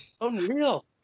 unreal